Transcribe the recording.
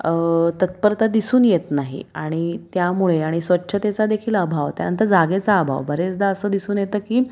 तत्परता दिसून येत नाही आणि त्यामुळे आणि स्वच्छतेचा देखील अभाव त्यानंतर जागेचा अभाव बरेचदा असं दिसून येतं की